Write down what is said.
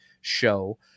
show